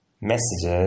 messages